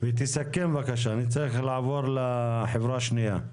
תסכם בבקשה, אני צריך לעבור לחברה השנייה.